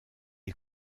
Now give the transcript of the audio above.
est